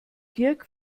dirk